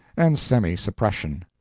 and semi-suppression.